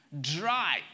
dry